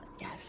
Yes